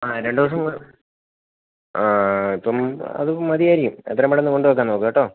ആ രണ്ടുദിവസം അത് അത് മതിയായിരിക്കും എത്രയും പെട്ടെന്ന് കൊണ്ടുവെക്കാൻ നോക്കുക കേട്ടോ